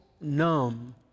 numb